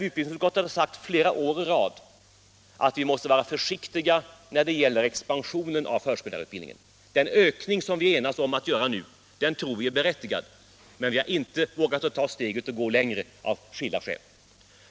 Utbildningsutskottet har sagt flera år i rad att vi måste vara försiktiga när det gäller expansionen av förskollärarutbildningen. Den ökning som vi enats om att göra nu tror vi är berättigad, men vi har inte vågat gå längre av skilda skäl.